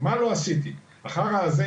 החרא הזה,